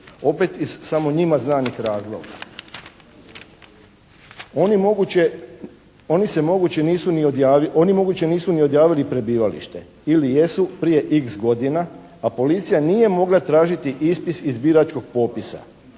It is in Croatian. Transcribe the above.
Opet iz samo njima znanih razloga. Oni moguće, oni moguće nisu ni odjavili prebivalište ili jesu prije x godina a policija nije mogla tražiti ispis iz biračkog popisa.